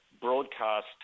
broadcast